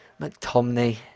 McTomney